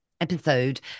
episode